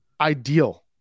ideal